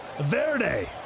Verde